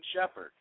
shepherd